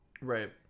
Right